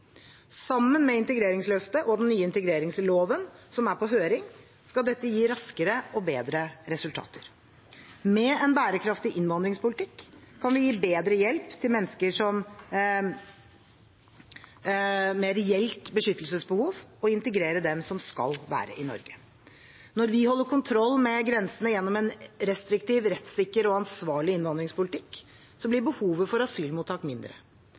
Sammen med integreringsløftet og den nye integreringsloven som er på høring, skal dette gi raskere og bedre resultater. Med en bærekraftig innvandringspolitikk kan vi gi bedre hjelp til mennesker med reelt beskyttelsesbehov og integrere dem som skal være i Norge. Når vi holder kontroll med grensene gjennom en restriktiv, rettssikker og ansvarlig innvandringspolitikk, blir behovet for asylmottak mindre.